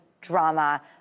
drama